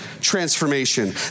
transformation